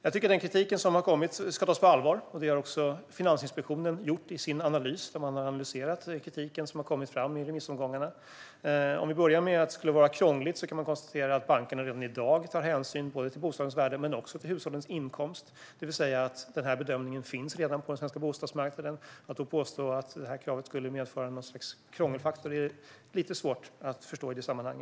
Jag tycker att den kritik som har kommit ska tas på allvar. Det har också Finansinspektionen gjort i sin analys av den kritik som har kommit fram i remissomgångarna. Om vi börjar med att det skulle vara krångligt kan man konstatera att bankerna redan i dag tar hänsyn till både bostadens värde och hushållets inkomst. Bedömningen finns alltså redan på den svenska bostadsmarknaden. Att påstå att kravet skulle utgöra en krångelfaktor är lite svårt att förstå i detta sammanhang.